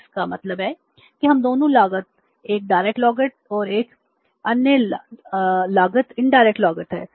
तो इसका मतलब है कि हम दोनों लागत एक लागत प्रत्यक्ष लागत है और एक अन्य लागत अप्रत्यक्ष लागत है